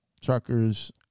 truckers